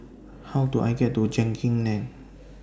How Do I get to Genting Lane